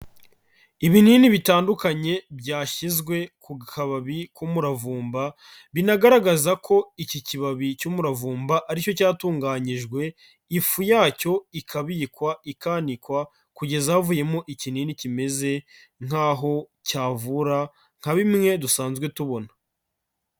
Ibinini bitandukanye byashyizwe ku kababi k'umuravumba, binagaragaza ko iki kibabi cy'umuravumba aricyo cyatunganyijwe ifu yacyo ikabikwa, ikanikwa kugeza havuyemo ikinini kimeze nk'aho cyavura nka bimenye dusanzwe tubona.